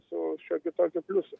su šiokiu tokiu pliusu